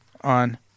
on